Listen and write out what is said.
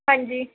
ਹਾਂਜੀ